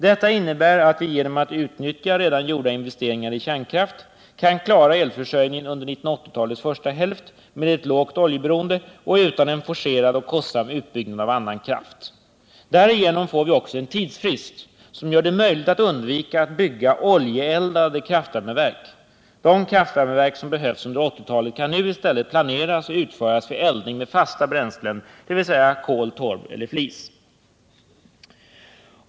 Detta innebär att vi genom att utnyttja redan gjorda investeringar i kärnkraft kan klara elförsörjningen under 1980 talets första hälft med ett lågt oljeberoende och utan en forcerad och kostsam utbyggnad av annan kraft. Därigenom får vi också en tidsfrist som gör det möjligt att undvika att bygga oljeeldade kraftvärmeverk. De kraftvärmeverk som behövs under 1980-talet kan nu i stället planeras och utföras för eldning med fasta bränslen, dvs. kol, torv eller flis.